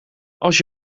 als